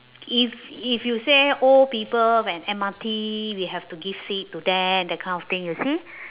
if if you say old people when M_R_T we have to give seat to them that kind of thing you see